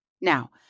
Now